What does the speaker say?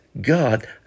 God